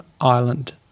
island